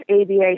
ABA